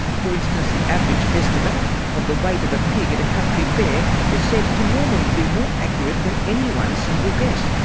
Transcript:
for instance, the average estimate of the weight of a pig at a country fair is said to normally be more accurate than any one single guess.